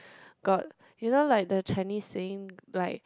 got you know like the Chinese saying like